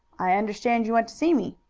i understand you want to see me,